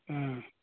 ꯑꯥ